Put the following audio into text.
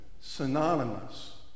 synonymous